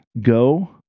Go